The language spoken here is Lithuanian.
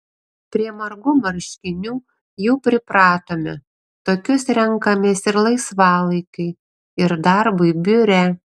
prie margų marškinių jau pripratome tokius renkamės ir laisvalaikiui ir darbui biure